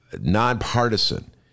nonpartisan